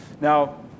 Now